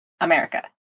America